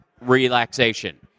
relaxation